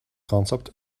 concept